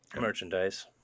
merchandise